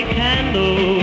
candle